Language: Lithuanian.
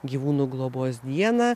gyvūnų globos dieną